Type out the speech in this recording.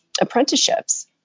apprenticeships